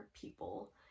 people